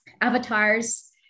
avatars